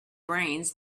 brains